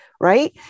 right